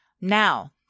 Now